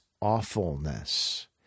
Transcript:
awfulness